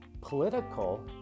Political